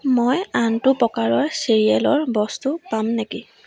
মই আনটো প্ৰকাৰৰ চিৰিয়েলৰ বস্তু পাম নেকি